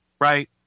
right